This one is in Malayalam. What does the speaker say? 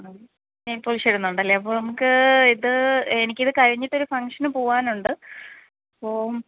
നെയിൽ പോളിഷ് വരുന്നുണ്ടല്ലൊ അപ്പോൾ നമുക്ക് ഇത് എനിക്കിത് കഴിഞ്ഞിട്ട് ഒരു ഫങ്ഷന് പോകാനുണ്ട് പോം